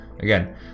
again